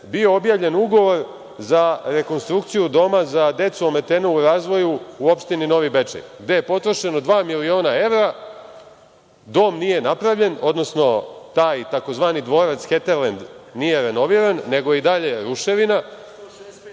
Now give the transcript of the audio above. bio objavljen ugovor za rekonstrukciju Doma za decu ometenu u razvoju u opštini Novi Bečej, gde je potrošeno dva miliona evra? Dom nije napravljen, odnosno taj tzv. dvorac „Heterlend“ nije renoviran, nego je i dalje ruševina.